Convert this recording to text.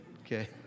okay